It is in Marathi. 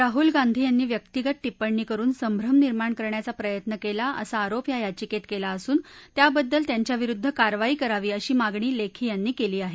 राहुल गांधी यांनी व्यक्तिगत टीप्पणी करुन संभ्रम निर्माण करण्याचा प्रयत्न केला असा आरोप या यचिकेत केला असून त्याबद्दल त्यांच्याविरुद्ध कारवाई करावी अशी मागणी लेखी यांनी केली आहे